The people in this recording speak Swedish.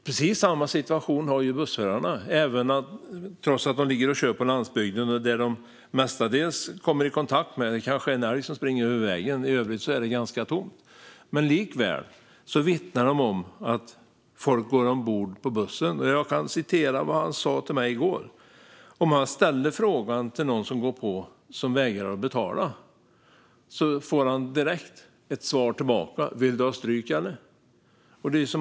Precis samma situation har bussförarna, trots att de kör på landsbygden, där en älg kanske springer över vägen och det i övrigt är ganska tomt. De vittnar om folk som går ombord på bussen. Jag kan återge vad bussföraren sa till mig i går. Om han ställer frågan till någon som går på och som vägrar att betala får han direkt ett svar tillbaka: Vill du ha stryk, eller?